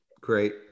Great